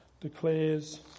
declares